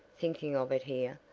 thinking of it here,